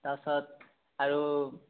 তাৰপাছত আৰু